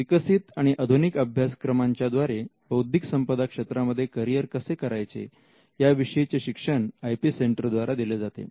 विकसित आणि आधुनिक अभ्यासक्रमांच्या द्वारे बौद्धिक संपदा क्षेत्रांमध्ये करिअर कसे करायचे या विषयीचे शिक्षण आय पी सेंटर द्वारे दिले जाते